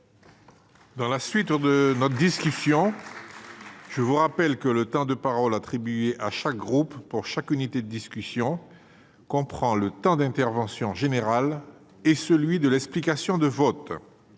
Mes chers collègues, je vous rappelle que le temps de parole attribué à chaque groupe pour chaque unité de discussion comprend le temps d'intervention générale et celui de l'explication de vote.